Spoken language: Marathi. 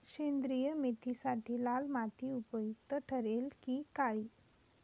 सेंद्रिय मेथीसाठी लाल माती उपयुक्त ठरेल कि काळी?